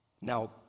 Now